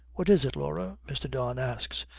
what is it, laura mr. don asks.